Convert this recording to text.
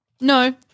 No